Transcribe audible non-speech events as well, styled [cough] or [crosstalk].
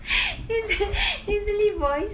[noise] nasal nasally voice